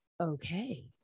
okay